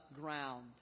ground